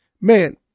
man